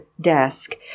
desk